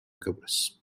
kıbrıs